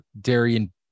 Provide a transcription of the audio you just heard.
Darian